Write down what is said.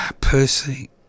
Percy